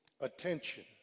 attention